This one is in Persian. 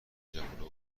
جوونا